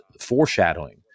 foreshadowing